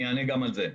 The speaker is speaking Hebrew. אני אענה גם על זה.